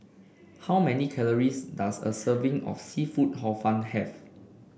how many calories does a serving of seafood Hor Fun have